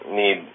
need